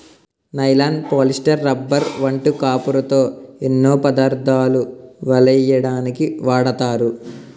nylon, polyester, rubber వంటి కాపరుతో ఎన్నో పదార్ధాలు వలెయ్యడానికు వాడతారు